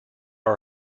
are